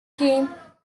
came